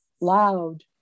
loud